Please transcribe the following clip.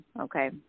okay